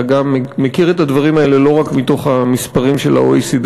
אתה גם מכיר את הדברים האלה לא רק מהמספרים של ה-OECD,